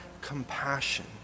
compassion